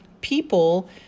people